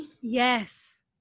Yes